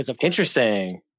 Interesting